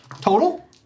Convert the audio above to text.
Total